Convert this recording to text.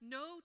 no